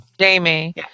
Jamie